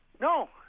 No